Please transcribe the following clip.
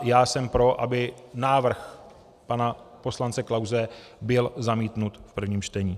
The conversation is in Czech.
Já jsem tedy pro, aby návrh pana poslance Klause byl zamítnut v prvním čtení.